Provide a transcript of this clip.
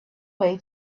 way